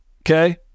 Okay